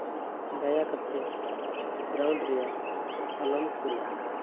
ᱫᱟᱭᱟ ᱠᱟᱛᱮ ᱵᱨᱟᱣᱩᱰ ᱨᱮᱭᱟᱜ ᱟᱞᱚᱢ ᱠᱩᱞᱟ